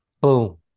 boom